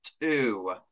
two